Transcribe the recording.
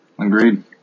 agreed